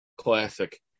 Classic